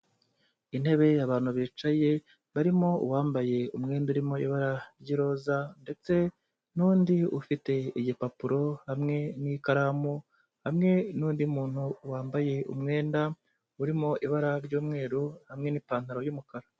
Intebe y'abantu bicaye, barimo wambaye umwenda urimo ibara ry'iroza, ndetse n'undi ufite igipapuro hamwe n'ikaramu, hamwe n'undi muntu wambaye umwenda urimo ibara ry'umweru hamwe n'ipantaro y'umukara.